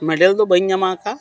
medal ᱫᱚ ᱵᱟᱹᱧ ᱧᱟᱢ ᱟᱠᱟᱫᱟ